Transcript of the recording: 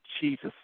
Jesus